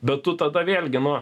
bet tu tada vėlgi nu